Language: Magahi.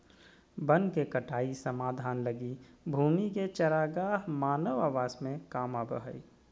वन के कटाई समाधान लगी भूमि के चरागाह मानव आवास में काम आबो हइ